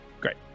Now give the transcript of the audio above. Great